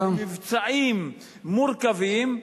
מבצעים מורכבים,